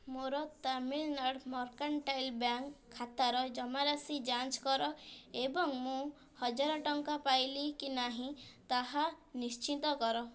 ମୋର Tamilnad Mercantile Bank ଖାତାର ଜମାରାଶି ଯାଞ୍ଚ କର ଏବଂ ମୁଁ ହଜାର ଟଙ୍କା ପାଇଲି କି ନାହିଁ ତାହା ନିଶ୍ଚିନ୍ତ କର